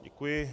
Děkuji.